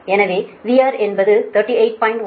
எனவே VR என்பது 38